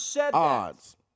odds